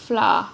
flour